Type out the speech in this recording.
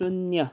शून्य